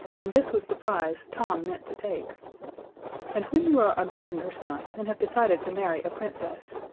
and this was the prize tom meant to take and when you are a gardener's son and have decided to marry a princess,